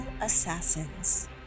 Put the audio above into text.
assassins